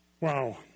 Wow